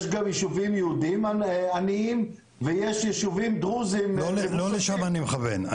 יש גם ישובים יהודיים עניים ויש ישובים דרוזים --- לא לשם אני מכוון,